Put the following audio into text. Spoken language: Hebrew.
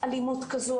אלימות כזו,